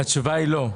התשובה היא לא.